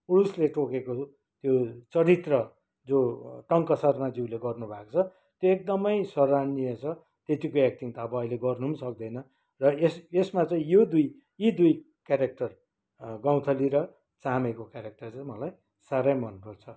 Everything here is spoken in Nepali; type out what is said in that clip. उडुसले टोकेको त्यो चरित्र जो टङ्क शर्माज्युले गर्नुभएको छ त्यो एकदमै सराहनीय छ त्यत्तिको एक्टिङ त अब अहिले गर्नु पनि सक्दैन र यस यसमा चाहिँ यो दुई यी दुई केरेक्टर गौँथली र चामेको केरेक्टरले चाहिँ मलाई साह्रै मनपर्छ